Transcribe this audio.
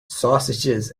sausages